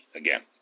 again